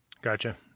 Gotcha